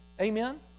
Amen